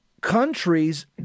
countries